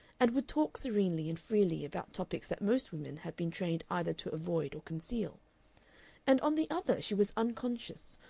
and would talk serenely and freely about topics that most women have been trained either to avoid or conceal and on the other she was unconscious,